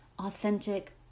authentic